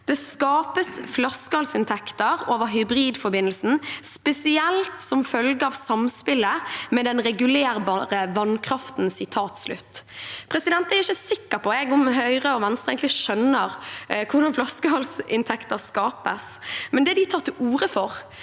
det skapes flaskehalsinntekter over forbindelsen, spesielt som følge av samspillet med den regulerbare vannkraften.» Jeg er ikke sikker på om Høyre og Venstre egentlig skjønner hvordan flaskehalsinntekter skapes, men det de tar til orde for,